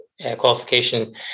qualification